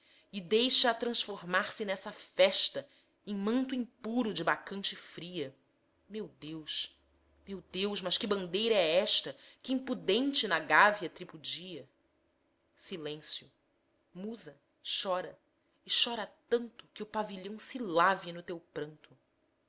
e deixa-a transformar-se nessa festa em manto impuro de bacante fria meu deus meu deus mas que bandeira é esta que impudente na gávea tripudia silêncio musa chora e chora tanto que o pavilhão se lave no teu pranto